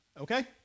Okay